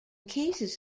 cases